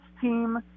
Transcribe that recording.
team